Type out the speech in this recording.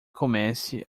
comece